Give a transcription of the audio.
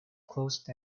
closed